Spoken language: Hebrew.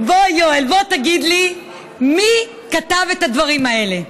הינה, יואל, בוא, תגיד לי מי כתב את הדברים האלה,